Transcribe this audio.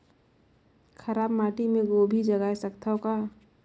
खराब माटी मे गोभी जगाय सकथव का?